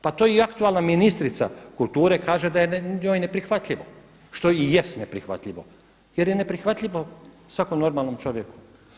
Pa to i aktualna ministrica kulture kaže da je njoj neprihvatljivo što i jest neprihvatljivo jer je neprihvatljivo svakom normalnom čovjeku.